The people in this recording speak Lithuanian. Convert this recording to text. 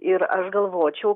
ir aš galvočiau